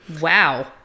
wow